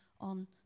on